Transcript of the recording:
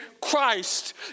Christ